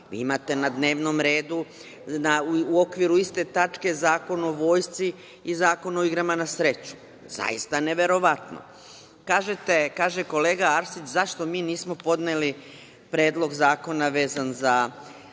Vi imate na dnevnom redu u okviru iste tačke Zakon o vojsci i Zakon o igrama na sreću. Zaista neverovatno. Kaže kolega Arsić - zašto mi nismo podneli predlog zakona vezan za